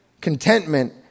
contentment